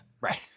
Right